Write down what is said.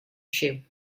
shoe